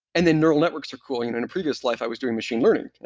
and then neural networks are cool, and in a previous life, i was doing machine learning,